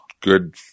Good